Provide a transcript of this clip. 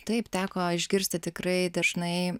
taip teko išgirsti tikrai dažnai